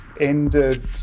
ended